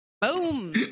Boom